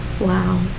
Wow